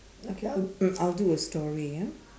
okay I'll mm I'll do a story ah